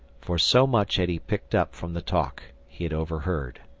for so much had he picked up from the talk he had overheard.